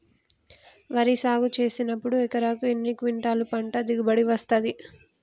వరి సాగు చేసినప్పుడు ఎకరాకు ఎన్ని క్వింటాలు పంట దిగుబడి వస్తది?